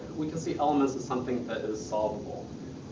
we can see elements of something that is solvable, ah,